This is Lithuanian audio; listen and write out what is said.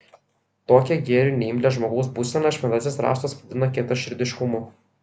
tokią gėriui neimlią žmogaus būseną šventasis raštas vadina kietaširdiškumu